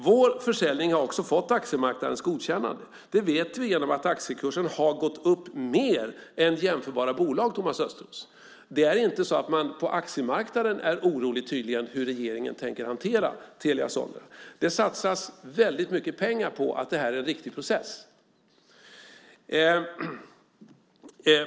Vår försäljning har också fått aktiemarknadens godkännande. Det vet vi genom att aktiekursen har gått upp mer än i jämförbara bolag. Det är tydligen inte så att aktiemarknaden är orolig för hur regeringen tänker hantera Telia Sonera. Det satsas väldigt mycket pengar på att det här är en riktig process.